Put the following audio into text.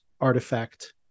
artifact